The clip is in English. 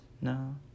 No